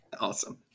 Awesome